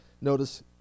Notice